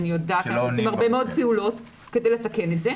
אני יודעת שעושים הרבה מאוד פעולות כדי לתקן את זה.